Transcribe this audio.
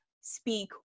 speak